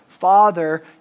father